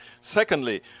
Secondly